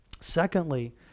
Secondly